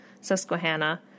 Susquehanna